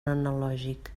analògic